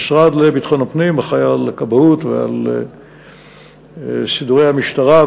המשרד לביטחון הפנים אחראי לכבאות ולסידורי המשטרה,